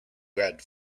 read